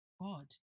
God